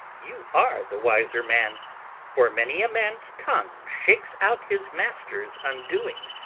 you are the wiser man for many a man's tongue shakes out his master's undoing.